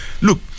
Look